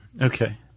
Okay